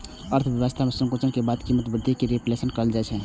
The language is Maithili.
अर्थव्यवस्था मे संकुचन के बाद कीमत मे वृद्धि कें रिफ्लेशन कहल जाइ छै